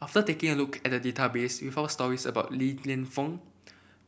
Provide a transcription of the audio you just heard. after taking a look at the database we found stories about Li Lienfung